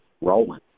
rolling